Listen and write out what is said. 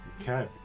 Okay